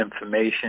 information